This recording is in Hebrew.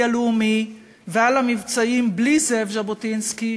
הלאומי ועל המבצעים בלי זאב ז'בוטינסקי